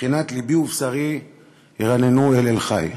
בבחינת "לבי ובשרי ירננו אל אל חי".